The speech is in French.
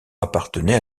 appartenait